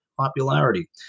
popularity